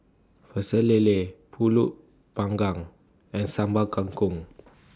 Pecel Lele Pulut Panggang and Sambal Kangkong